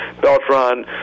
Beltran